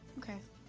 okay.